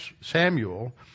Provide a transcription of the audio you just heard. Samuel